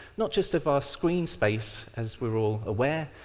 not just of our screen space, as we're all aware,